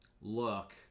look